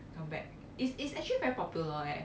come back is is actually very popular eh